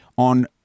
On